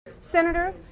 Senator